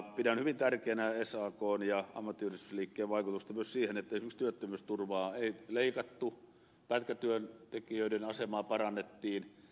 pidän hyvin tärkeänä sakn ja ammattiyhdistysliikkeen vaikutusta myös siihen että esimerkiksi työttömyysturvaa ei leikattu pätkätyöntekijöiden asemaa parannettiin